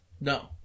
No